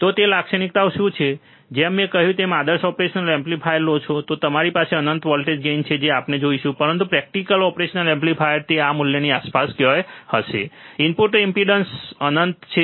તો તે લાક્ષણિકતાઓ શું છે જેમ મેં કહ્યું જો તમે આદર્શ ઓપરેશનલ એમ્પ્લીફાયર લો છો તો તમારી પાસે અનંત વોલ્ટેજ ગેઇન છે જે આપણે જોશું પરંતુ પ્રેકટિકલ ઓપરેશન એમ્પ્લીફાયર તે આ મૂલ્યની આસપાસ ક્યાંક હશે ઇનપુટ ઇમ્પેડન્સમાં અનંત ઇન્ફીનિટ છે